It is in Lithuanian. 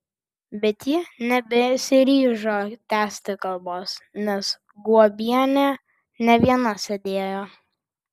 bet ji nebesiryžo tęsti kalbos nes guobienė ne viena sėdėjo